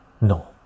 No